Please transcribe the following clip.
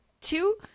two